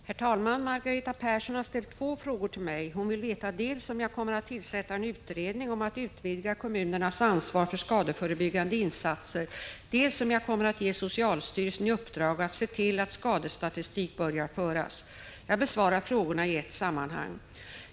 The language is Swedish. Herr talman! Margareta Persson har ställt två frågor till mig. Hon vill veta dels om jag kommer att tillsätta en utredning om att utvidga kommunernas ansvar för skadeförebyggande insatser, dels om jag kommer att ge socialstyrelsen i uppdrag att se till att skadestatistik börjar föras. Jag besvarar frågorna i ett sammanhang.